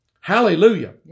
Hallelujah